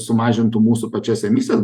sumažintų mūsų pačias emisijas